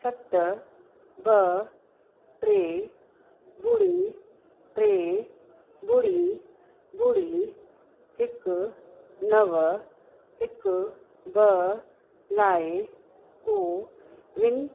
सत ॿ टे ॿुड़ी टे ॿुड़ी ॿुड़ी हिकु नव हिकु ॿ लाइ कोविन